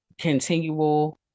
continual